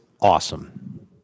awesome